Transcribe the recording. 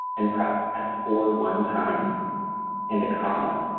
and press f four one time and a comma.